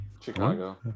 Chicago